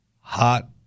hot